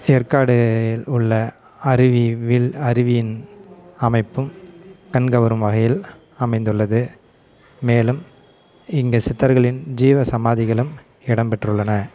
ஏற்காடு உள்ள அருவியில் அருவியின் அமைப்பும் கண்கவரும் வகையில் அமைந்துள்ளது மேலும் இங்கு சித்தர்களின் ஜீவ சமாதிகளும் இடம்பெற்றுள்ளன